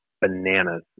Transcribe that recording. bananas